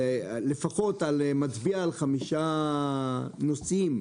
שמצביע על חמישה נושאים.